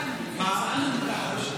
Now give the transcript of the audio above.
האם נוכל לקבל עדכון?